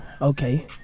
Okay